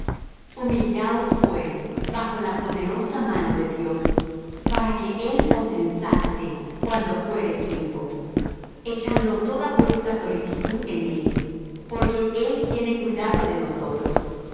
humillaos pues bajo la poderosa mano de dios para que él os ensalce cuando fuere tiempo echando toda vuestra solicitud en él porque él tiene cuidado de vosotros